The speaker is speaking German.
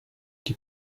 die